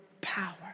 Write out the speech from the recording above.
power